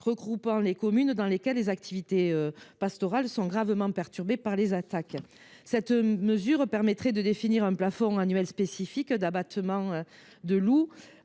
regroupant les communes dans lesquelles les activités pastorales sont gravement perturbées par les attaques. Cette mesure permettrait de définir un plafond annuel spécifique d’abattement de loups,